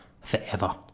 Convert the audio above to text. forever